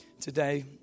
today